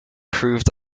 proved